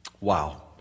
Wow